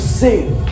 save